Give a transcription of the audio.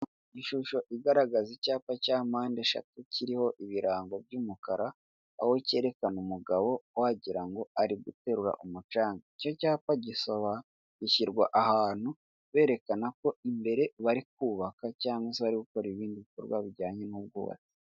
Ishusho igaragaza icyapa cya mpande eshatu kiriho ibirango by'umukara, aho cyerekana umugabo wagira ngo ngo ari guterura umucanga. Icyo cyapa gishyirwa ahantu berekana ko imbere bari kubaka cyangwa se bari gukora ibindi bikorwa bijyanye n'ubwubatsi.